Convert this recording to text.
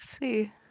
see